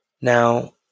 Now